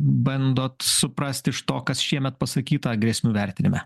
bandot suprast iš to kas šiemet pasakyta grėsmių vertinime